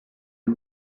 the